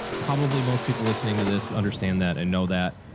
probably most people listening to this understand that and know that,